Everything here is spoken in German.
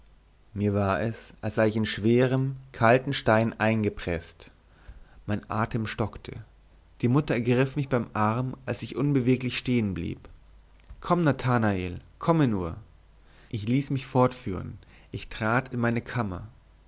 mir war es als sei ich in schweren kalten stein eingepreßt mein atem stockte die mutter ergriff mich beim arm als ich unbeweglich stehen blieb komm nathanael komme nur ich ließ mich fortführen ich trat in meine kammer